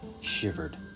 shivered